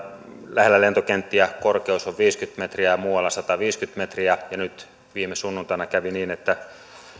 lähellä lentokenttiä sallittu korkeus on viisikymmentä metriä ja muualla sataviisikymmentä metriä ja nyt viime sunnuntaina kävi niin että